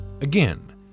Again